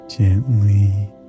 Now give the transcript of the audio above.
Gently